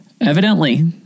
Evidently